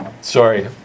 Sorry